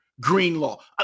Greenlaw